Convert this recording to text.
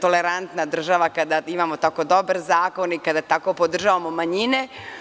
tolerantna država kada imamo tako dobar zakon i kada tako podržavamo manjine.